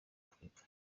afurika